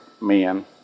men